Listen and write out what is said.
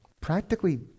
Practically